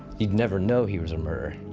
you'd never know he was a murderer.